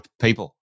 people